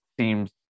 seems